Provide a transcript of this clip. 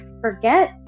forget